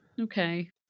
Okay